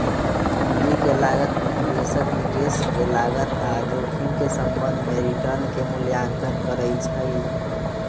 पूंजी के लागत में निवेशक निवेश के लागत आऽ जोखिम के संबंध में रिटर्न के मूल्यांकन करइ छइ